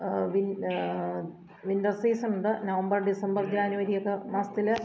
V winter സീസണുണ്ട് November December ജാനുവരിയൊക്കെ മാസത്തില്